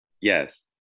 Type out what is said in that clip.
Yes